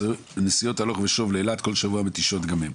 והנסיעות הלוך ושוב לאילת מתישות גם הן.